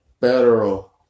federal